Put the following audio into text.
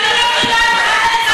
הוא העליל עלי שאני מקריבה את חיילי צה"ל,